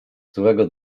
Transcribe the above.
złego